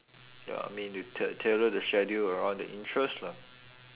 ya I mean to tail~ tailor the schedule around the interest lah